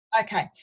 Okay